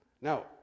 Now